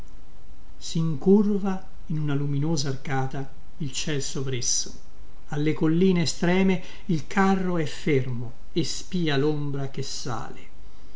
cilestrini sincurva in una luminosa arcata il ciel sovresso alle colline estreme il carro e fermo e spia lombra che sale